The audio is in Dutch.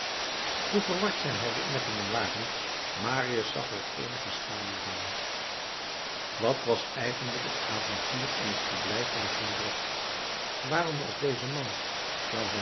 hoe verward zijn herinneringen waren marius zag er eenige schaduw van wat was eigenlijk het avontuur in het verblijf van jondrette waarom was deze man